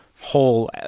whole